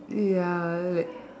ya like